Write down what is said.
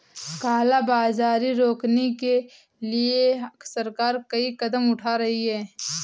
काला बाजारी रोकने के लिए सरकार कई कदम उठा रही है